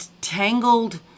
tangled